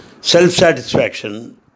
self-satisfaction